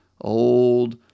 old